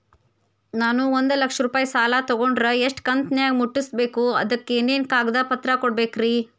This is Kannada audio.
ನಾನು ಒಂದು ಲಕ್ಷ ರೂಪಾಯಿ ಸಾಲಾ ತೊಗಂಡರ ಎಷ್ಟ ಕಂತಿನ್ಯಾಗ ಮುಟ್ಟಸ್ಬೇಕ್, ಅದಕ್ ಏನೇನ್ ಕಾಗದ ಪತ್ರ ಕೊಡಬೇಕ್ರಿ?